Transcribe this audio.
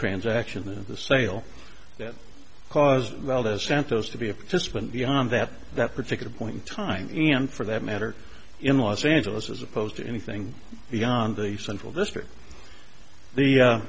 transaction of the sale that caused valdez santos to be a participant beyond that that particular point in time and for that matter in los angeles as opposed to anything beyond the central district the